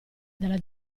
dalla